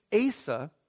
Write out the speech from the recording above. Asa